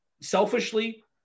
selfishly